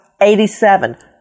87